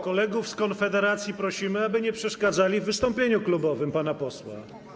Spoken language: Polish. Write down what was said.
Kolegów z Konfederacji prosimy, aby nie przeszkadzali w wystąpieniu klubowym pana posła.